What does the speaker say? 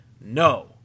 No